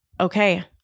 okay